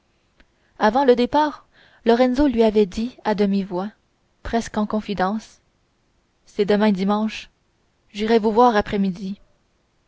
avant le départ lorenzo lui avait dit à demi-voix presque en confidence c'est demain dimanche j'irai vous voir